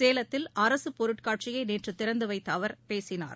சேலத்தில் அரசுபொருட்காட்சியைநேற்றுதிறந்துவைத்துஅவர் பேசினார்